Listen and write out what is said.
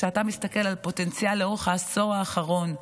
כשאתה מסתכל על פוטנציאל לאורך העשור האחרון,